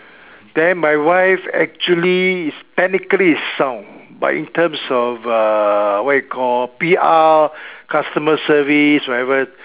then my wife actually is technically is sound but in terms of uh what you call P_R customer service whatever